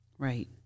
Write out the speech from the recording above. Right